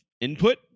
input